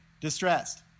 distressed